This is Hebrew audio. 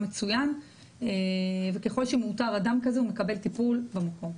מצוין וככל שמאותר אדם כזה הוא מקבל טיפול במקום.